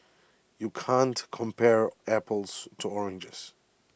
you can't compare apples to oranges